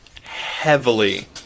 heavily